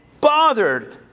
bothered